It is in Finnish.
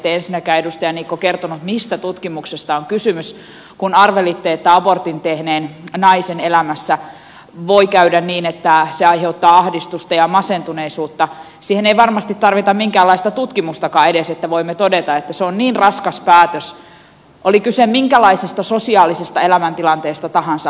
ette ensinnäkään edustaja niikko kertonut mistä tutkimuksesta on kysymys kun arvelitte että abortin tehneen naisen elämässä voi käydä niin että se aiheuttaa ahdistusta ja masentuneisuutta siihen ei varmasti edes tarvita minkäänlaista tutkimustakaan että voimme todeta että se on niin raskas päätös oli kyse minkälaisesta sosiaalisesta elämäntilanteesta tahansa